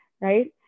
right